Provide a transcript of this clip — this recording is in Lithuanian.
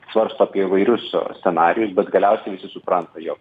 svarsto apie įvairius scenarijus bet galiausiai visi supranta jog